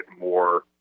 more